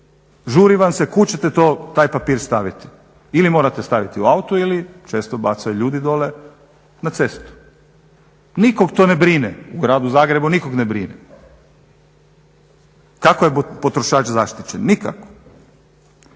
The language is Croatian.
žuri vam se, kud ćete taj papir staviti ili morate staviti u auto ili često bacaju ljudi dole na cestu, nikog to ne brine u gradu Zagrebu nikog ne brine, kako je potrošač zaštićen nikako?